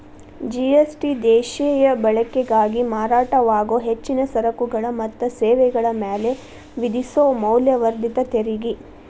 GST ದೇಶೇಯ ಬಳಕೆಗಾಗಿ ಮಾರಾಟವಾಗೊ ಹೆಚ್ಚಿನ ಸರಕುಗಳ ಮತ್ತ ಸೇವೆಗಳ ಮ್ಯಾಲೆ ವಿಧಿಸೊ ಮೌಲ್ಯವರ್ಧಿತ ತೆರಿಗಿ